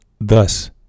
Thus